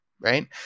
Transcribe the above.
right